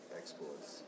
exports